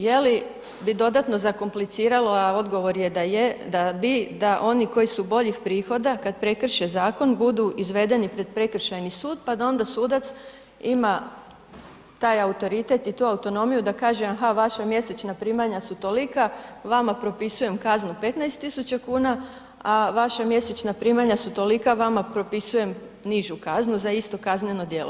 Je li bi dodatno zakompliciralo, a odgovor je da je, da bi, da oni koji su boljih prihoda, kad prekrše zakon, budu izvedeni pred prekršajni sud pa da onda sudac ima taj autoritet i tu autonomiju, aha, vaša mjesečna primanja su tolika, vama propisujem kaznu 15 tisuća kuna, a vaša mjesečna primanja su tolika, vama propisujem nižu kaznu za isto kazneno djelo.